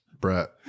Brett